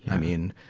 i mean,